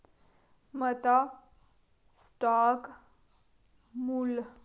मता स्टाक मुल्ल